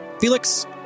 Felix